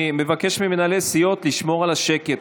אני מבקש ממנהלי הסיעות לשמור על השקט.